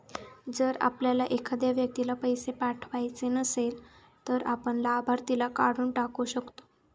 जर आपल्याला एखाद्या व्यक्तीला पैसे पाठवायचे नसेल, तर आपण लाभार्थीला काढून टाकू शकतो